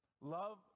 love